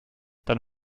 dann